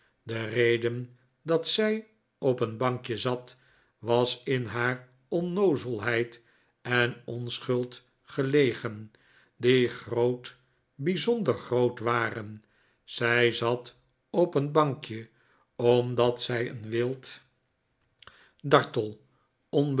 de reden dat zij op